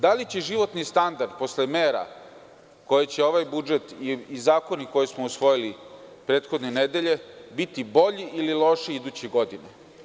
Da li će životni standard posle mera koje će ovaj budžet i zakoni koje smo usvojili prethodne nedelje biti bolji ili lošiji iduće godine?